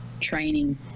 training